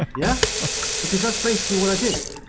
yeah because that's basically what i did.